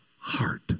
heart